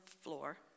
floor